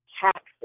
taxes